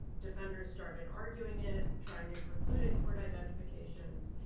defenders started arguing it, trying to preclude in-court identifications.